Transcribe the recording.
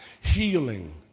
Healing